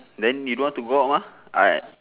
then you don't want to go out mah I